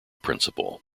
principle